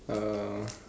uh